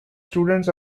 students